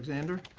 alexander.